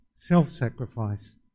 self-sacrifice